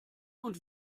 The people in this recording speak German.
und